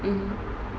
mmhmm